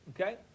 Okay